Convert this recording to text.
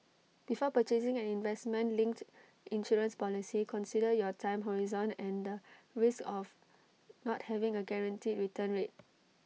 before purchasing an investment linked insurance policy consider your time horizon and the risk of not having A guaranteed return rate